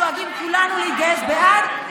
נפגעות עבירה, אנחנו דואגים כולנו להתגייס בעד.